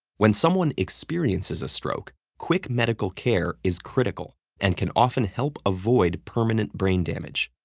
when someone experiences a stroke, quick medical care is critical, and can often help avoid permanent brain damage.